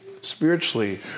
spiritually